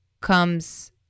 comes